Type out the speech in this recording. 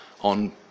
on